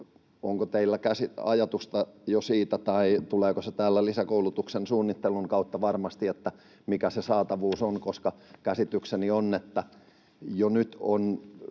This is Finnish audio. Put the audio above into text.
Onko teillä ajatusta jo siitä tai tuleeko se täällä lisäkoulutuksen suunnittelun kautta varmasti, että mikä se saatavuus on? Käsitykseni on, että jo nyt on